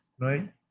Right